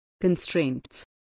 Constraints